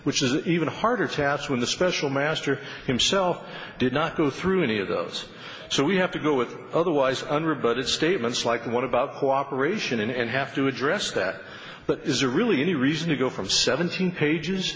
which is even harder to pass when the special master himself did not go through any of those so we have to go with otherwise under but it's statements like the one about cooperation and have to address that but is a really any reason to go from seventeen pages